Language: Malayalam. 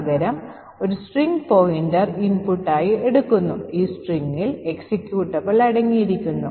പകരം ഇത് ഒരു string pointer ഇൻപുട്ടായി എടുക്കുന്നു ഈ സ്ട്രിംഗിൽ എക്സിക്യൂട്ടബിൾ അടങ്ങിയിരിക്കുന്നു